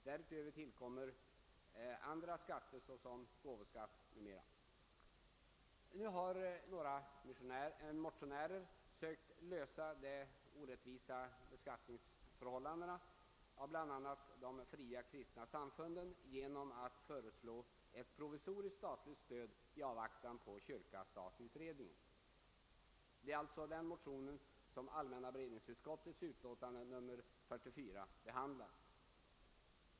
Därutöver tillkommer andra skatter såsom gåvoskatt m.m. Nu har några motionärer sökt ändra på de orättvisa beskattningsförhållandena för bl.a. de fria kristna samfunden genom att föreslå ett provisoriskt statligt stöd i avvaktan på resultatet av kyrka—stat-utredningens arbete. Det är alltså den motionen som allmänna beredningsutskottets utlåtande nr 44 behandlar.